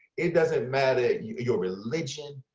it doesn't matter your religion.